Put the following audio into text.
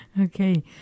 Okay